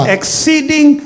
exceeding